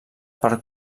per